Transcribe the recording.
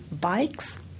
bikes